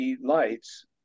lights